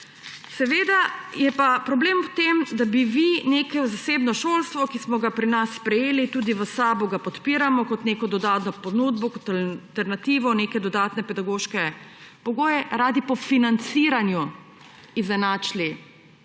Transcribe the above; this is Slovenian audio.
Seveda je pa problem v tem, da bi vi nekaj v zasebno šolstvo, ki smo ga pri nas sprejeli, tudi v SAB ga podpiramo, kot neko dodatno ponudbo, kot alternativo, neke dodatne pedagoške pogoje, radi po financiranju izenačili